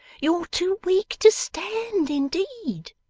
you're too weak to stand, indeed